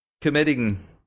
committing